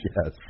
Yes